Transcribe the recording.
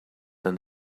than